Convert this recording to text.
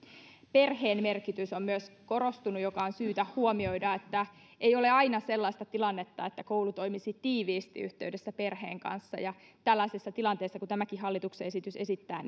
perheen merkitys on myös korostunut mikä on syytä huomioida että ei ole aina sellaista tilannetta että koulu toimisi tiiviissä yhteydessä perheen kanssa ja tällaisessa tilanteessa kuten tämäkin hallituksen esitys esittää